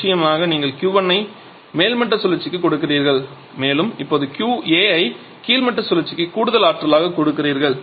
நிச்சயமாக நீங்கள் Q1 ஐக் மேல்மட்ட சுழற்சிக்கு கொடுக்கிறீர்கள் மேலும் இப்போது QA ஐ கீழ்மட்ட சுழற்சிக்கு கூடுதல் ஆற்றலாகக் கொடுக்கிறீர்கள்